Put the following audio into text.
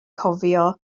cofio